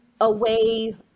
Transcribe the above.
away